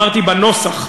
אמרתי בנוסח.